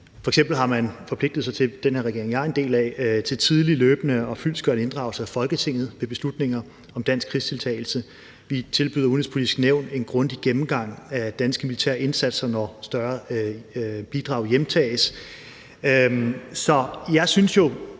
er en del af, forpligtet sig til tidlig, løbende og fyldestgørende inddragelse af Folketinget ved beslutninger om dansk krigsdeltagelse. Vi tilbyder Det Udenrigspolitiske Nævn en grundig gennemgang af danske militære indsatser, når større bidrag hjemtages. Så jeg synes jo,